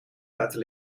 laten